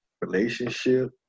Relationship